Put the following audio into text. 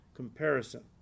comparison